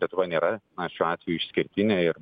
lietuva nėra na šiuo atveju išskirtinė ir